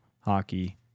hockey